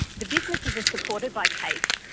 the businesses are supported by tafe,